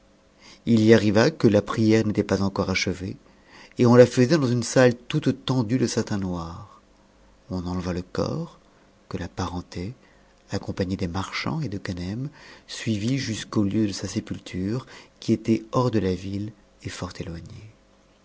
h y arriva que la prière n'était pas encore achevée et on la faisait dans une saiïe toute tendue de satin noir on enleva le corps que la parenté accompagnée des marchands et de ganem suivit jusqu'au lieu de sa sépulture qui était hors de a ville et fort éteigne